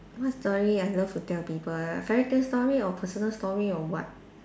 what story I love to tell people ah fairy tale story or personal story or what